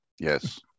Yes